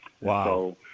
Wow